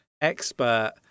expert